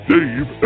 Dave